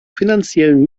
finanziellen